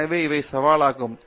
எனவே இவை சவால்களாகும்